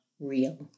real